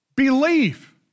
belief